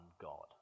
God